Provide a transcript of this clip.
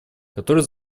которые